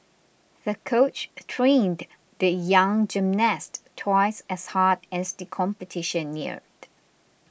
the coach trained the young gymnast twice as hard as the competition neared